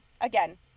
Again